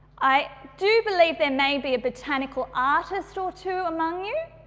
i do believe there maybe a botanical artist or two among you.